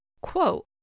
quote